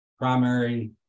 Primary